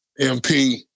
MP